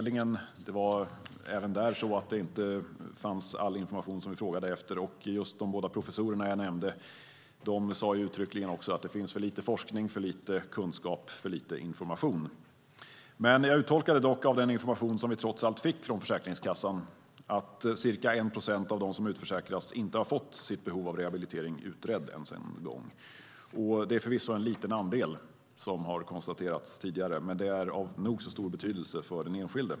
Inte heller hade Arbetsförmedlingen all den information som vi frågade efter. De båda professorer som jag nämnde sade uttryckligen att det finns för lite forskning, för lite kunskap, för lite information. Jag uttolkade dock av den information som vi trots allt fick från Försäkringskassan att ca 1 procent av dem som utförsäkras inte har fått sitt behov av rehabilitering utrett ens en gång. Det är förvisso en liten andel, vilket konstaterats tidigare, men det är av nog så stor betydelse för den enskilde.